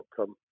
outcome